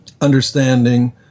understanding